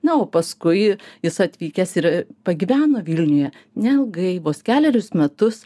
na o paskui jis atvykęs ir pagyveno vilniuje neilgai vos kelerius metus